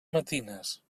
matines